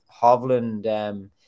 Hovland